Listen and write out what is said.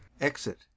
exit